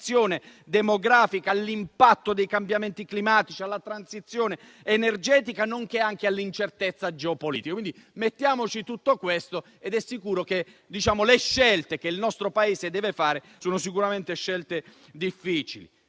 demografica, all'impatto dei cambiamenti climatici, alla transizione energetica, nonché all'incertezza geopolitica. Mettiamoci tutto questo ed è sicuro che le scelte che il nostro Paese deve fare sono difficili.